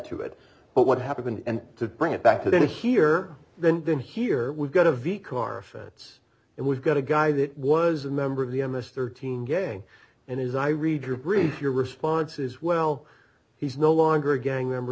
to it but what happened and to bring it back to that here then then here we've got a v car offense and we've got a guy that was a member of the emmis thirteen gang and as i read your brief your response is well he's no longer a gang member